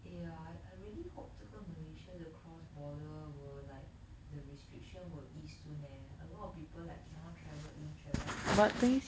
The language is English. eh ya I I really hope 这个 malaysia the cross border will like the restriction will ease soon leh a lot of people like cannot travel in travel out in